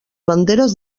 banderes